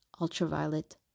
ultraviolet